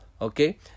okay